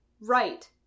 Right